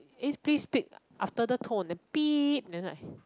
is please speak after the tone then then like